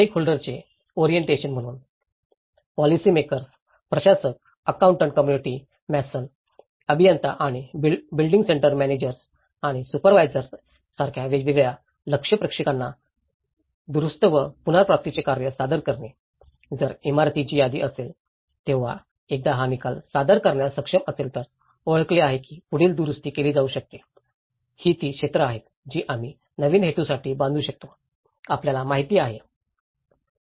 स्टेकहोल्डरचे orientation म्हणून policy makers प्रशासक accountant community mason अभियंता आणि बिल्डिंग सेंटर मॅनेजर्स आणि सुपरवायझर्स सारख्या वेगवेगळ्या लक्ष्य प्रेक्षकांना दुरुस्ती व पुनर्प्राप्तीचे कार्य सादर करणे जर इमारतींची यादी असेल तेव्हा एकदा हा निकाल सादर करण्यास सक्षम असेल तर ओळखले आहे की पुढील दुरुस्ती केली जाऊ शकते ही ती क्षेत्रे आहेत जी आम्ही नवीन हेतूसाठी बांधू शकतो आपल्याला माहिती आहे